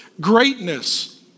Greatness